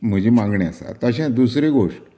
म्हजी मागणी आसा तशें दुसरी गोश्ट